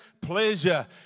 pleasure